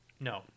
No